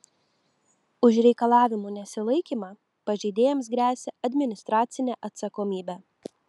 už reikalavimų nesilaikymą pažeidėjams gresia administracinė atsakomybė